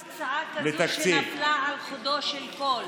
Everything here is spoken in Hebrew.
הייתה פה הצעה כזאת שנפלה על חודו של קול.